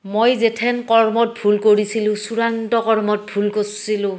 মই যেথেন কৰ্মত ভুল কৰিছিলোঁ চূড়ান্ত কৰ্মত ভুল কৰিছিলোঁ